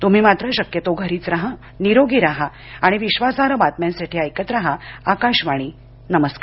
तुम्ही मात्र शक्यतो घरीच राहा निरोगी राहा आणि विश्वासार्ह बातम्यांसाठी ऐकत राहा आकाशवाणी नमस्कार